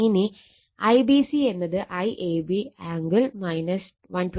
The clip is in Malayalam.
ഇനി IBC എന്നത് IAB ആംഗിൾ 120o 19